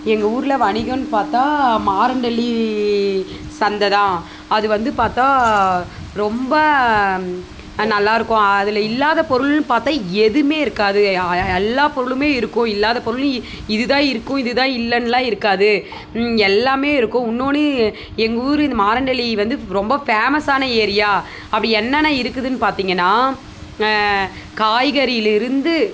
எங்கள் ஊரில் வணிகன்னு பார்த்தா மாரண்டள்ளி சந்தை தான் அது வந்து பார்த்தா ரொம்ப நல்லாயிருக்கும் அதில் இல்லாத பொருள்னு பார்த்தா எதுவுமே இருக்காது எல்லா பொருளுமே இருக்கும் இல்லாதப் பொருள் இது தான் இருக்கும் இது தான் இல்லைன்லாம் இருக்காது எல்லாமே இருக்கும் இன்னொன்னு எங்கள் ஊர் இந்த மாரண்டள்ளி வந்து ஃப் ரொம்ப ஃபேமஸ்ஸான ஏரியா அப்படி என்னென்ன இருக்குதுன்னு பார்த்தீங்கன்னா காய்கறியிலேருந்து